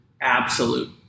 absolute